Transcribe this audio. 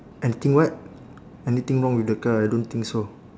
anything what anything wrong with the car I don't think so